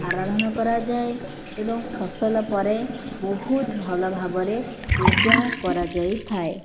ଆରାଧନା କରାଯାଏ ଏବଂ ଫସଲ ପରେ ବହୁତ ଭଲ ଭାବରେ ପୂଜା କରାଯାଇଥାଏ